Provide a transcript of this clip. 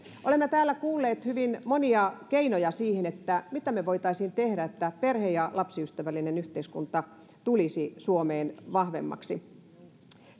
olemme täällä kuulleet hyvin monia keinoja siihen mitä me voisimme tehdä että perhe ja lapsiystävällinen yhteiskunta tulisi suomeen vahvemmaksi